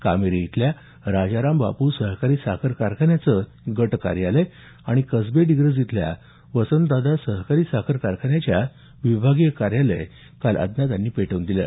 कामेरी इथल्या राजारामबापू सहकारी साखर कारखान्याचं गट कार्यालय आणि कसबे डिग्रज इथल्या वसंतदादा सहकारी साखर कारखान्याच्या विभागीय कार्यालय काल अज्ञातांनी पेटवून दिलं